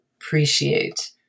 appreciate